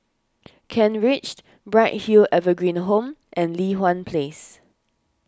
Kent Ridge Bright Hill Evergreen Home and Li Hwan Place